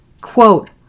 Quote